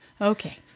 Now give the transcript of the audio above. Okay